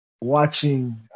watching